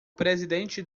presidente